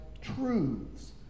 truths